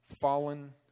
fallen